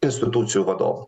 institucijų vadovų